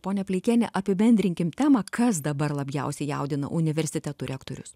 ponia pleikiene apibendrinkim temą kas dabar labiausiai jaudina universitetų rektorius